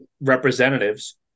representatives